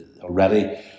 already